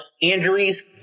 Injuries